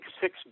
six